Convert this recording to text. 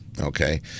Okay